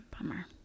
bummer